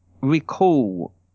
recall